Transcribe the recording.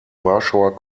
warschauer